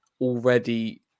already